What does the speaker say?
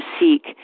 seek